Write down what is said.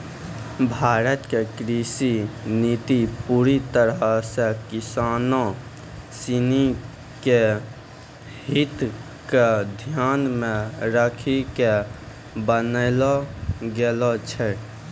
भारत के कृषि नीति पूरी तरह सॅ किसानों सिनि के हित क ध्यान मॅ रखी क बनैलो गेलो छै